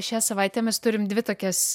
šią savaitę mes turim dvi tokias